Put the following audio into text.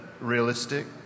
realistic